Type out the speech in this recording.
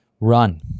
run